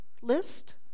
list